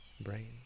brain